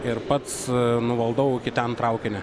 ir pats nuvaldavau iki ten traukinį